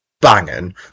banging